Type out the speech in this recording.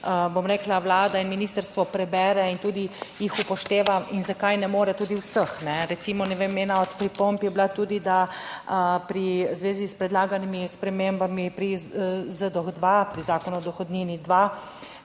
bom rekla, Vlada in ministrstvo prebere in tudi jih upošteva in zakaj ne more tudi vseh recimo, ne vem. Ena od pripomb je bila tudi, da pri v zvezi s predlaganimi spremembami, pri ZDOH-2, pri Zakonu o dohodnini